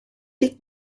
liegt